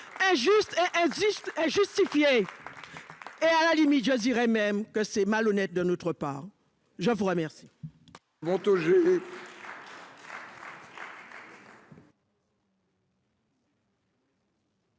injuste, injustifié. Et à la limite choisirai même que c'est malhonnête de notre part. Je vous remercie.